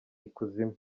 ikuzimu